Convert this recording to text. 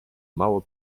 mało